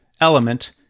element